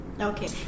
Okay